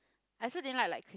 I also didn't like like